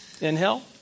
Inhale